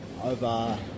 Over